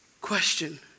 Question